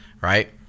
right